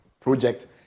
project